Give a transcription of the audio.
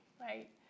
Right